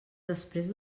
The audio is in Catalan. després